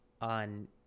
on